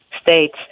states